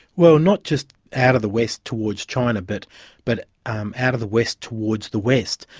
well, not just out of the west towards china but but um out of the west towards the west,